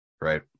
Right